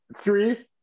Three